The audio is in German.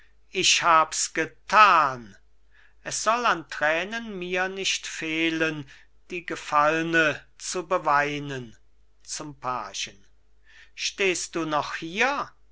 ich hab's getan es soll an tränen mir nicht fehlen die gefallne zu beweinen zum pagen stehst du noch hier